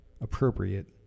appropriate